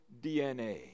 DNA